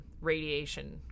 Radiation